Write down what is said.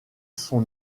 son